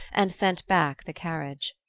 and sent back the carriage.